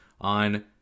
on